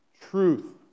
truth